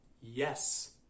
yes